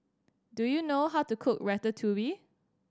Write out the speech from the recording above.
do you know how to cook Ratatouille